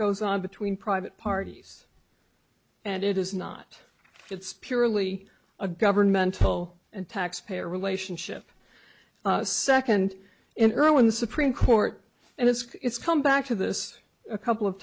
goes on between private parties and it is not it's purely a governmental and taxpayer relationship second and early when the supreme court and it's come back to this a couple of